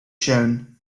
shown